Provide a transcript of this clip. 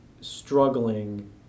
struggling